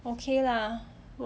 okay lah